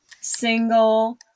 single